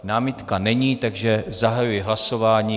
Námitka není, takže zahajuji hlasování.